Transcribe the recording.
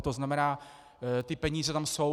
To znamená, ty peníze tam jsou.